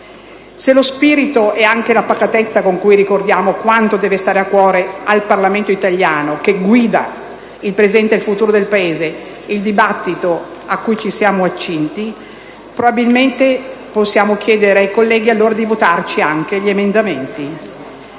Se lo spirito e la pacatezza con cui ricordiamo quanto deve stare a cuore al Parlamento italiano, che guida il presente ed il futuro del Paese, il dibattito al quale ci siamo accinti, probabilmente possiamo chiedere ai colleghi di votare a favore degli emendamenti